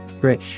Great